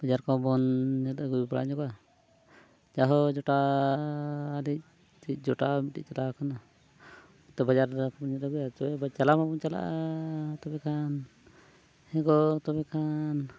ᱵᱟᱡᱟᱨ ᱠᱚᱵᱚᱱ ᱧᱮᱞ ᱟᱹᱜᱩ ᱵᱟᱲᱟ ᱧᱚᱜᱟ ᱡᱟᱭᱦᱳᱠ ᱡᱚᱴᱟᱣ ᱢᱤᱫᱴᱤᱡ ᱡᱚᱴᱟᱣ ᱢᱤᱫᱴᱤᱡ ᱪᱟᱞᱟᱣ ᱠᱟᱱᱟ ᱛᱚ ᱵᱟᱡᱟᱨ ᱵᱚᱱ ᱧᱮᱞ ᱟᱹᱜᱩᱭᱟ ᱥᱮ ᱪᱟᱞᱟᱣ ᱢᱟᱵᱚᱱ ᱪᱟᱞᱟᱜᱼᱟ ᱛᱚᱵᱮ ᱠᱷᱟᱱ ᱦᱮᱸ ᱜᱚ ᱛᱚᱵᱮ ᱠᱷᱟᱱ